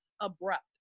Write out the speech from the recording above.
abrupt